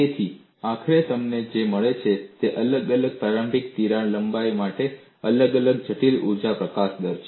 તેથી આખરે તમને જે મળે છે તે અલગ અલગ પ્રારંભિક તિરાડ લંબાઈ માટે અલગ જટિલ ઊર્જા પ્રકાશન દર છે